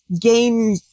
game